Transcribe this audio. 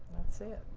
that's it.